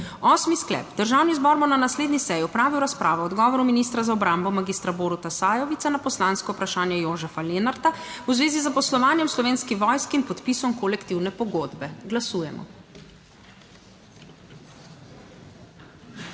Osmi sklep: Državni zbor bo na naslednji seji opravil razpravo o odgovoru ministra za obrambo magistra Boruta Sajovica na poslansko vprašanje Jožefa Lenarta v zvezi z zaposlovanjem v Slovenski vojski in podpisom kolektivne pogodbe. Glasujemo.